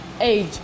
age